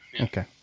Okay